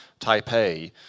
Taipei